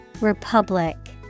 Republic